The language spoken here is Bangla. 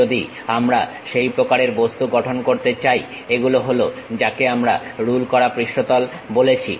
যদি আমরা সেই প্রকারের বস্তু গঠন করতে চাই এগুলো হলো যাকে আমরা রুল করা পৃষ্ঠতল বলেছি